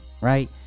right